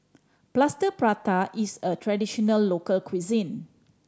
Plaster Prata is a traditional local cuisine